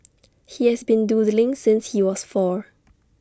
he has been doodling since he was four